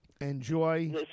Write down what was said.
Enjoy